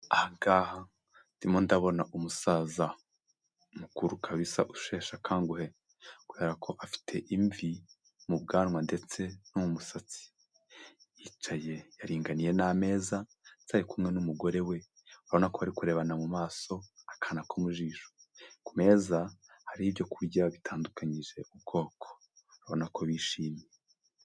Aha ngaha ndimo ndabona umusaza mukuru kabisa usheshe akanguhe, kubera ko afite imvi mu bwanwa ndetse no mu musatsi, yicaye yaringaniye n'ameza ndetse ari kumwe n'umugore we urabona ko bari kurebana mu maso akana ko mu jisho, ku meza hariho ibyo kurya bitandukanyije ubwoko urabona ko bishimye.